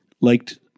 liked